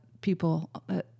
people